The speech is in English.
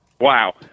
Wow